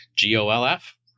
G-O-L-F